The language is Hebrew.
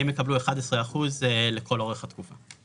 הן יקבלו 11 אחוזים לכל אורך התקופה.